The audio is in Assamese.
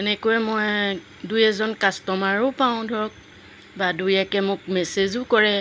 এনেকৈ মই দুই এজন কাষ্টমাৰো পাওঁ ধৰক বা দুই একে মোক মেছেজো কৰে